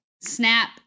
Snap